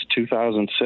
2006